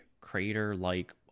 crater-like